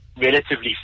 relatively